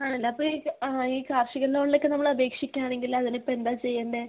ആണല്ലേ അപ്പോൾ ഈ കാർഷിക ലോണിലോക്കെ നമ്മള് അപേക്ഷിക്കുകയാണെങ്കില് അതിനിപ്പോൾ എന്താ ചെയ്യണ്ടേ